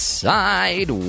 side